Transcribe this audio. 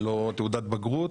ללא תעודת בגרות